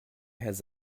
has